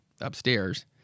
upstairs